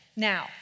Now